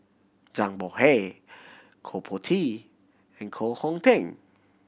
Zhang Bohe Koh Po Tee and Koh Hong Teng